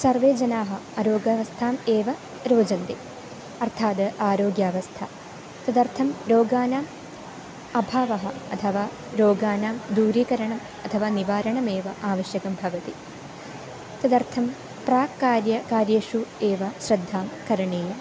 सर्वे जनाः आरोग्यावस्थाम् एव रोचन्ते अर्थाद् आरोग्यावस्था तदर्थं रोगानाम् अभावः अथवा रोगानां दूरीकरणम् अथवा निवारणमेव आवश्यकं भवति तदर्थं प्राक् कार्यं कार्येषु एव श्रद्धा करणीया